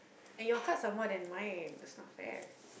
and your cards are more than mine it's not fair